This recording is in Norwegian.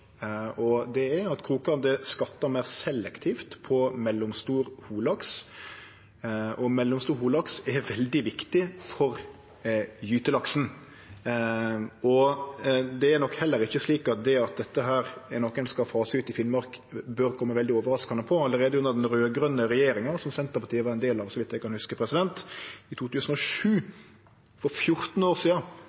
Det er at krokgarn fangar selektivt mellomstor holaks, og mellomstor holaks er ein veldig viktig gytelaks. Det er nok heller ikkje slik at det at dette er noko ein skal fase ut i Finnmark, bør kome veldig overraskande på. Allereie under den raud-grøne regjeringa, som Senterpartiet var ein del av, så vidt eg kan hugse, i 2007, for 14 år sidan,